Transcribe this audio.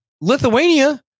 Lithuania